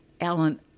Alan